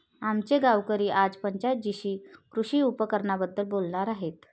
आमचे गावकरी आज पंचायत जीशी कृषी उपकरणांबद्दल बोलणार आहेत